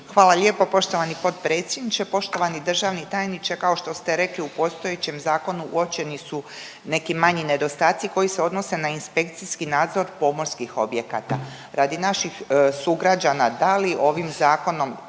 Hvala lijepo poštovani potpredsjedniče, poštovani državni tajniče. Kao što ste rekli, u postojećem zakonu uočeni su neki manji nedostaci koji se odnose na inspekcijski nadzor pomorskih objekata. Radi naših sugrađana, da li ovim Zakonom